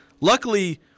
Luckily